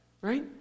right